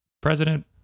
president